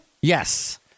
Yes